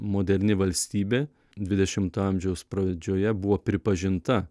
moderni valstybė dvidešimto amžiaus pradžioje buvo pripažinta